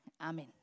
Amen